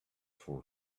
for